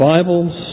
Bibles